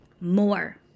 more